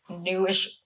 newish